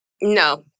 No